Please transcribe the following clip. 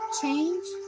change